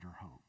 hope